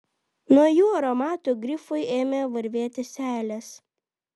nuo jų aromato grifui ėmė varvėti seilės